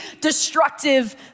destructive